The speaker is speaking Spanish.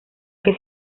que